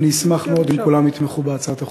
אני אשמח מאוד אם כולם יתמכו בהצעת החוק.